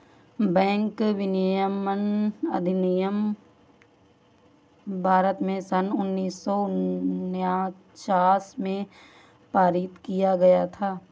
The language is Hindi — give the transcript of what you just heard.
बैंक विनियमन अधिनियम भारत में सन उन्नीस सौ उनचास में पारित किया गया था